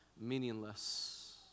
meaningless